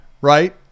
right